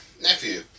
nephew